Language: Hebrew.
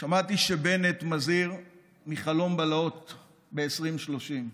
שמעתי שבנט מזהיר מחלום בלהות ב-2030.